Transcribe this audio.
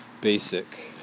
basic